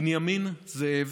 בנימין זאב,